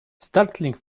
startling